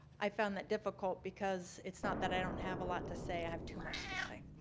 i found that difficult because it's not that i don't have a lot to say, i have too much to say.